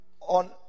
on